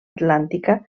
atlàntica